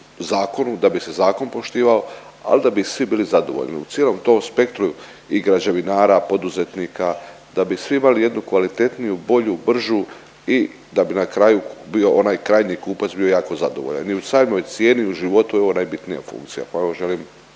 da bi se zakon poštivao, al da bi svi bili zadovoljni u cijelom tom spektru i građevinara, poduzetnika, da bi svi imali jednu kvalitetniju, bolju, bržu i da bi na kraju bio onaj krajnji kupac bio jako zadovoljan i u samoj cijeni u životu je ovo najbitnija funkcija,